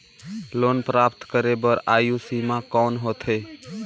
Loan प्राप्त करे बर आयु सीमा कौन होथे?